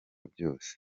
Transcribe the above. byose